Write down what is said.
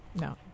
no